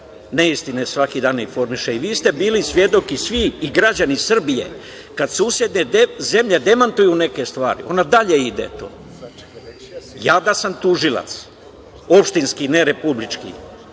neistine svaki dan informiše. Vi ste bili svedok, i svi i građani Srbije, kada susedne zemlje demantuje neke stvari, onda dalje ide to. Ja da sam tužilac, opštinski, ne republički,